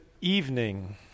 evening